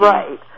Right